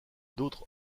d’autres